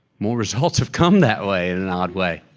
more results have come that way, in an odd way.